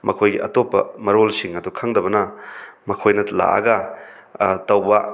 ꯃꯈꯣꯏꯒꯤ ꯑꯇꯣꯞꯄ ꯃꯔꯣꯜꯁꯤꯡ ꯑꯗꯨ ꯈꯪꯗꯕꯅ ꯃꯈꯣꯏꯅ ꯂꯥꯛꯑꯒ ꯇꯧꯕ